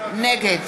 נגד